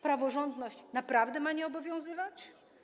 Praworządność naprawdę ma nie obowiązywać?